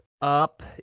Up